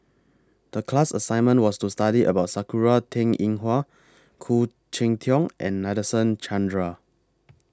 The class assignment was to study about Sakura Teng Ying Hua Khoo Cheng Tiong and Nadasen Chandra